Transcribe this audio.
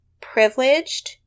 privileged